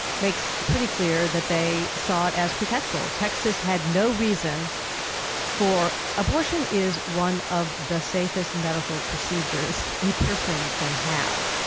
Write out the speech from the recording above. makes pretty clear that they saw it as pretextual. texas had no reason for. abortion is one of the safest medical procedures a person can have.